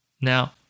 Now